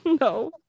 No